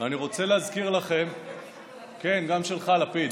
אני רוצה להזכיר לכם, כן, גם שלך, לפיד.